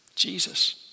Jesus